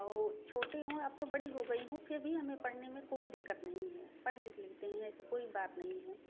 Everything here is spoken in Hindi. और छोटे हों अब तो बड़ी हो गई हूँ फिर भी हमें पढ़ने में कोई दिक्कत नहीं है पढ़ लिख लेते हैं ऐसी कोई बात नहीं है